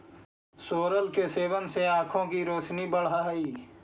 सोरल के सेवन से आंखों की रोशनी बढ़अ हई